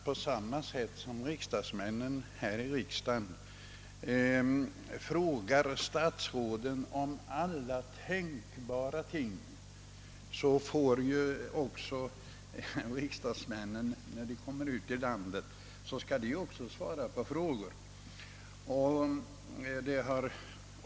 På samma sätt som riksdagsmännen frågar statsrådet om alla tänkbara ting får emellertid också riksdagsmännen, när de kommer ut i landet, svara på frågor.